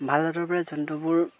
ভাল জাতৰ বাবে জন্তুবোৰ